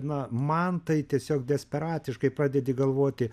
na man tai tiesiog desperatiškai pradedi galvoti